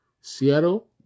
Seattle